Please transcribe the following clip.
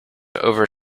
over